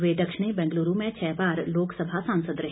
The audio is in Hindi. वे दक्षिणी बेंगलूरू से छह बार लोकसभा सांसद रहे